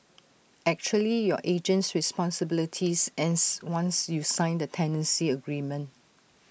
actually your agent's responsibilities ends once you sign the tenancy agreement